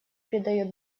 придает